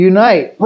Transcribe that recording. Unite